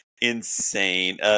insane